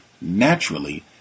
naturally